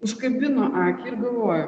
užkabino akį ir galvoju